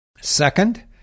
Second